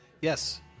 Yes